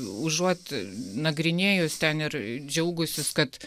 užuot nagrinėjus ten ir džiaugusis kad